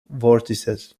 vortices